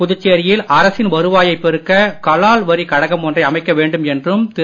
புதுச்சேரியில் அரசின் வருவாயைப் பெருக்க கலால் வரி கழகம் ஒன்றை அமைக்க வேண்டும் என்றும் திரு